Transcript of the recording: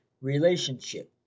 Relationship